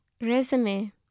Resume